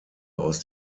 aus